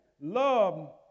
love